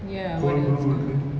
ya what else ah